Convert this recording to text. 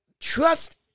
trust